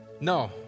No